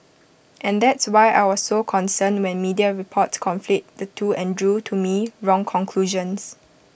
and that's why I was so concerned when media reports conflate the two and drew to me wrong conclusions